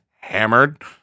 hammered